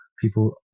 People